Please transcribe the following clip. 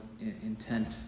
intent